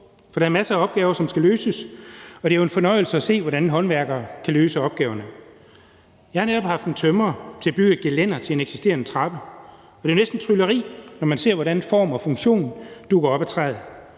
for der er masser af opgaver, som skal løses, og det er jo en fornøjelse at se, hvordan håndværkere kan løse opgaverne. Jeg har netop haft en tømrer til bygge et gelænder til en eksisterende trappe, og det er jo næsten trylleri, når man ser, hvordan form og funktion dukker op af træet.